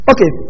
Okay